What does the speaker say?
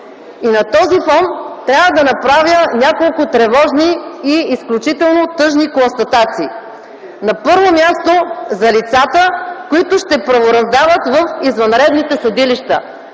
На този фон трябва да направя няколко тревожни и изключително тъжни констатации. На първо място, за лицата, които ще правораздават в извънредните съдилища.